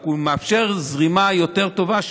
הוא רק מאפשר זרימה יותר טובה,